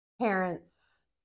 parents